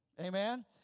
Amen